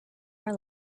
our